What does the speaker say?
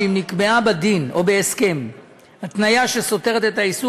שאם נקבעה בדין או בהסכם תניה שסותרת את האיסור